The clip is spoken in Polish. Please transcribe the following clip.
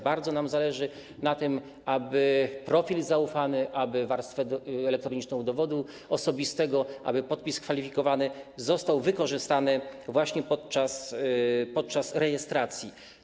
Bardzo zależy nam na tym, aby profil zaufany, aby warstwa elektroniczna dowodu osobistego, aby podpis kwalifikowany został wykorzystany właśnie podczas rejestracji.